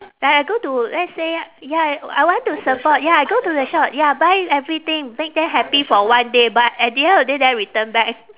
like I go to let's say ya I want to support ya I go to the shop ya buy everything make them happy for one day but at the end of the day then return back